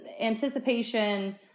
anticipation